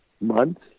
months